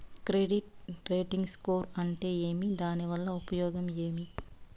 Credit rating score అంటే ఏమి దాని వల్ల ఉపయోగం ఏమి?